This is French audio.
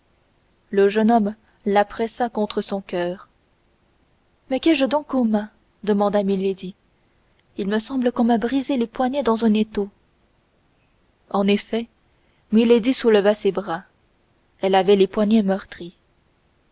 le jeune homme la pressa contre son coeur mais qu'ai-je donc aux mains demanda milady il me semble qu'on m'a brisé les poignets dans un étau en effet milady souleva ses bras elle avait les poignets meurtris